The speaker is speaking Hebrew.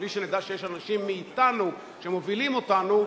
ובלי שנדע שיש אנשים מאתנו שמובילים אותנו,